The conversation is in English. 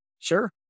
Sure